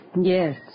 Yes